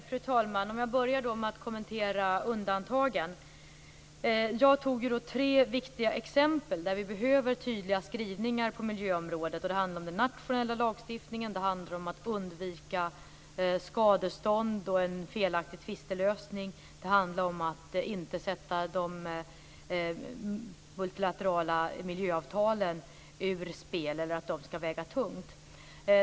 Fru talman! Jag skall börja med att kommentera undantagen. Jag tog tre viktiga exempel där vi behöver tydliga skrivningar på miljöområdet. Det handlar om den nationella lagstiftningen, det handlar om att undvika skadestånd och en felaktig tvistelösning, och det handlar om att inte sätta de multilaterala miljöavtalen ur spel utan att de skall väga tungt.